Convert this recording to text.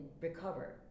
recover